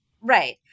Right